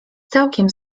całkiem